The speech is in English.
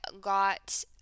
got